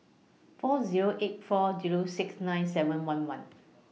four Zero eight four Zero six nine seven one one